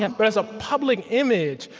and but as a public image,